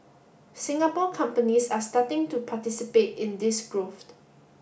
Singapore companies are starting to participate in this growth